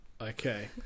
Okay